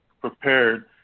prepared